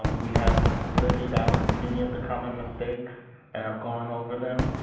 um we have laid out many of the common mistakes and have gone over them,